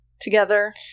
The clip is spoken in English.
together